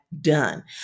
done